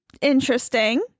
interesting